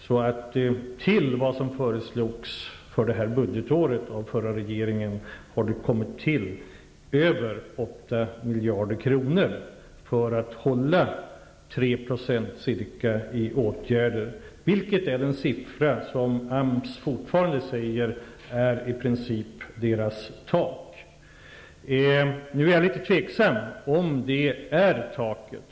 Utöver vad som föreslogs av den förra regeringen för detta budgetår har det tillkommit över 8 miljarder kronor för att hålla ca 3 % i åtgärder, vilket är den siffra AMS i princip fortfarande menar är taket. Nu är jag litet tveksam till om det är taket.